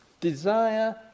Desire